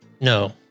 No